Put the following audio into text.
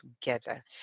together